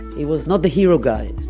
he was not the hero guy.